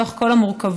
בתוך כל המורכבות,